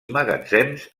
magatzems